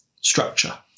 structure